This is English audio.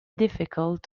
difficult